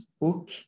book